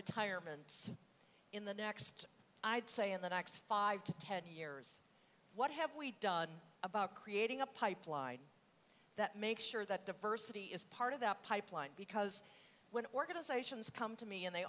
retirement in the next i'd say in the next five to ten years what have we done about creating a pipeline that make sure that diversity is part of that pipeline because when organizations come to me and they